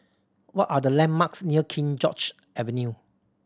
what are the landmarks near King George Avenue